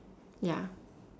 ya